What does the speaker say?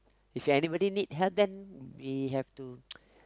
if anybody need help then we have to